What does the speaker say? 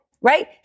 right